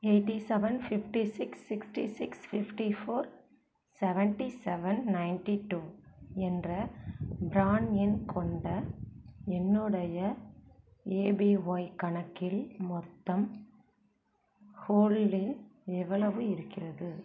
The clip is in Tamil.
eighty seven fifty six sixty six fifty four seventy seven ninety two என்ற ப்ரான் எண் கொண்ட என்னுடைய ஏபிஒய் கணக்கில் மொத்தம் ஹோல்டிங் எவ்வளவு இருக்கிறது